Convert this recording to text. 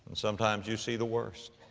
sometimes you see the worst.